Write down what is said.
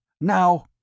Now